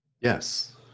Yes